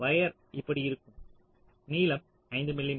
wire இப்படி இருக்கும் நீளம் 5 மி